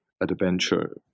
adventure